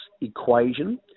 equation